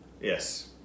Yes